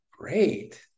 Great